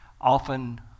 often